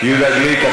יהודה גליק,